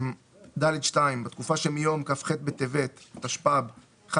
(ד2) בתקופה שמיום כ"ח בטבת התשפ"ב (1